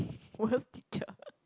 worst teacher